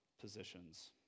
positions